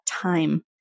time